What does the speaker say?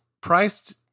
priced